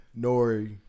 Nori